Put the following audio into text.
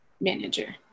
manager